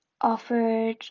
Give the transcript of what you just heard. offered